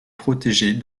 protégée